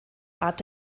art